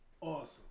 awesome